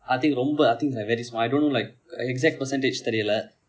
I think ரொம்ப:romba I think is like very small I don't know like exact percentage தெரியவில்லை:theriyavillai